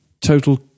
Total